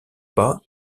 pas